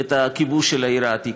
את הכיבוש של העיר העתיקה.